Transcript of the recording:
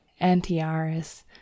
antiaris